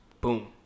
Boom